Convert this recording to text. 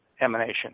emanation